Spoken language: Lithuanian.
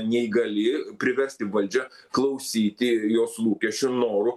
neįgali priversti valdžią klausyti jos lūkesčių norų